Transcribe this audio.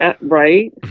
Right